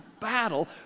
battle